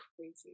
crazy